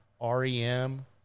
REM